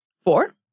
Four